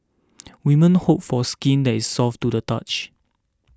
women hope for skin that is soft to the touch